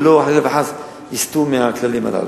ולא חלילה וחס יסטו מהכללים הללו.